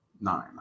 Nine